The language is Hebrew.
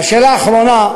השאלה האחרונה,